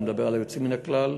אני מדבר על היוצאים מהכלל,